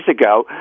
ago